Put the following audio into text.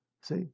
see